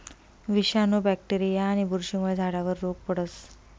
विषाणू, बॅक्टेरीया आणि बुरशीमुळे झाडावर रोग पडस